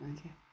Okay